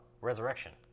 Resurrection